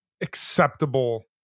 acceptable